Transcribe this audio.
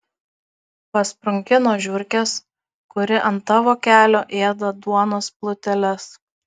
pasprunki nuo žiurkės kuri ant tavo kelio ėda duonos pluteles